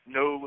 no